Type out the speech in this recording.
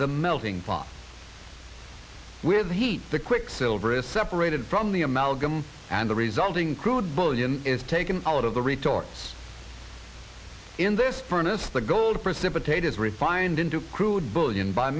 the melting pots with the heat the quicksilver is separated from the amalgam and the resulting crude bullion is taken out of the retorts in this furnace the gold precipitate is refined into crude bullion by